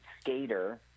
skater